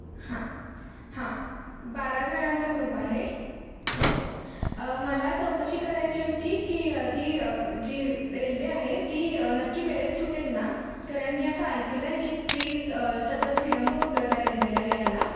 हां हां बारा जणांचा ग्रुप आहे हो मला चौकशी करायची होती की ती जी रेल्वे आहे ती नक्की वेळेत सुटेल ना कारण मी असं ऐकलं आहे की ती स सतत विलंब होतो आहे त्या रेल्वेला यायला